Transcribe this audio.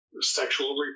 sexual